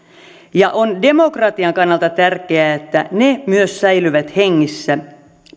ja on demokratian kannalta tärkeää että myös ne säilyvät hengissä